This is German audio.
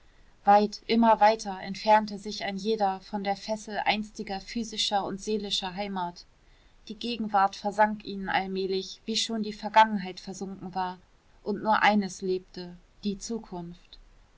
weit immer weiter entfernte sich ein jeder von der fessel einstiger physischer und seelischer heimat die gegenwart versank ihnen allmählich wie schon die vergangenheit versunken war und nur eines lebte die zukunft